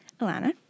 Alana